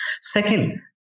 Second